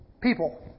people